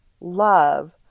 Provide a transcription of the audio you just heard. love